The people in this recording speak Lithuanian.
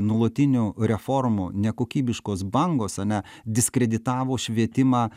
nuolatinių reformų nekokybiškos bangos ane diskreditavo švietimą